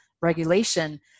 regulation